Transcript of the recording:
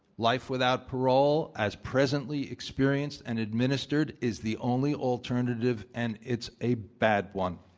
life without parole as presently experienced and administered is the only alternative, and it's a bad one.